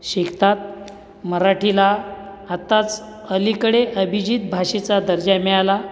शिकतात मराठीला आत्ताच अलीकडे अभिजित भाषेचा दर्जा मिळाला